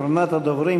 אחרונת הדוברים,